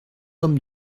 hommes